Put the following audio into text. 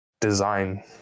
design